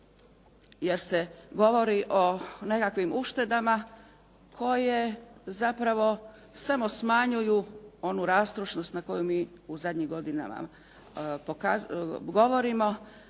jer se govori o nekakvim uštedama koje zapravo samo smanjuju onu rastrošnost na koju mi u zadnjim godinama govorimo,